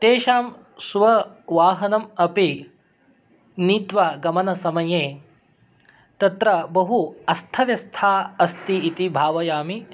तेषां स्ववाहनम् अपि नीत्वा गमनसमये तत्र बहु अस्थव्यस्था अस्ति इति भावयामि